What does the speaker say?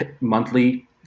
monthly